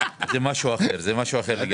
זה משהו אחר לגמרי.